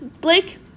Blake-